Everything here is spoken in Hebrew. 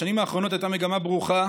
בשנים האחרונות הייתה מגמה ברוכה